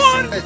One